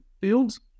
fields